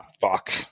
Fuck